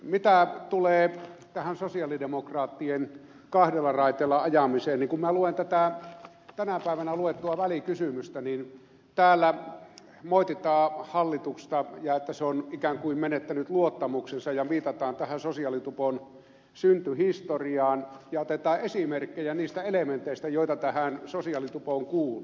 mitä tulee tähän sosialidemokraattien kahdella raiteella ajamiseen niin kun luen tätä tänä päivänä luettua välikysymystä niin täällä moititaan hallitusta että se on ikään kuin menettänyt luottamuksensa ja viitataan tähän sosiaalitupon syntyhistoriaan ja otetaan esimerkkejä niistä elementeistä joita tähän sosiaalitupoon kuului